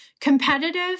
competitive